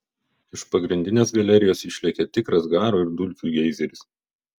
iš pagrindinės galerijos išlekia tikras garo ir dulkių geizeris